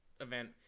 event